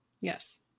Yes